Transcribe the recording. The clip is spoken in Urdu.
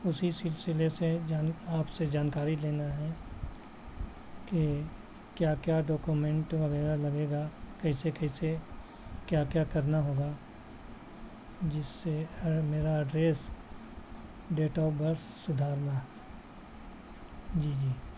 اسی سلسلے سے جان آپ سے جانکاری لینا ہے کہ کیا کیا ڈاکومینٹ وغیرہ لگے گا کیسے کیسے کیا کیا کرنا ہوگا جس سے ار میرا ایڈریس ڈیٹ آف برتھ سدھارنا جی